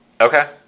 Okay